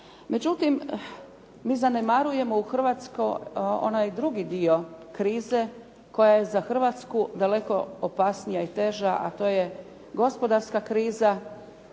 Međutim, mi zanemarujemo u Hrvatskoj onaj drugi dio krize koja je za Hrvatsku daleko opasnija i teža, a to je gospodarska kriza